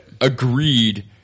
agreed